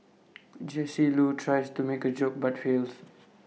Jesse Loo tries to make A joke but fails